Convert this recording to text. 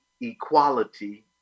equality